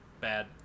bad